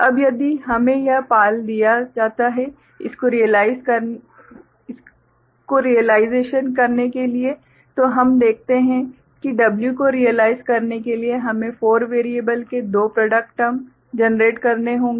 अब यदि हमें यह PAL दिया जाता है इसको रियलाइजेशन करने के लिए तो हम देखते हैं कि W को रियलाइज करने के लिए हमें 4 वेरिएबल के दो प्रॉडक्ट टर्म जनरेट करने होंगे